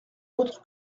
autre